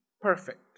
perfect